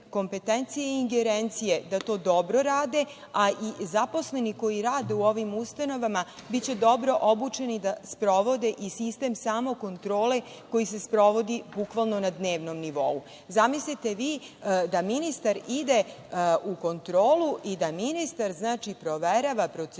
kompetencije i ingerencije da to dobro rade, a i zaposleni koji rade u ovim ustanovama biće dobro obučeni da sprovode i sistem samokontrole koji se sprovodi bukvalno na dnevnom nivou. Zamislite vi da ministar ide u kontrolu i da ministar proverava procedure,